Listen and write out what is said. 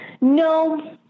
no